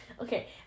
Okay